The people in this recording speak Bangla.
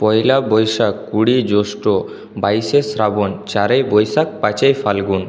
পয়লা বৈশাখ কুড়ি জ্যৈষ্ঠ বাইশে শ্রাবণ চারই বৈশাখ পাঁচই ফাল্গুন